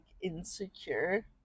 insecure